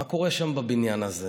מה קורה שם בבניין הזה?